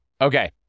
Okay